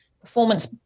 performance